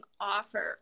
offer